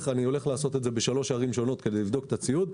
אני הולך לעשות את זה ב-3 ערים שונות כדי לבדוק את הציוד,